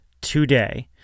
today